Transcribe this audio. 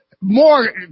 more